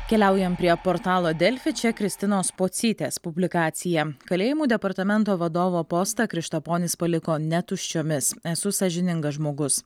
keliaujam prie portalo delfi čia kristinos pocytės publikacija kalėjimų departamento vadovo postą krištaponis paliko ne tuščiomis esu sąžiningas žmogus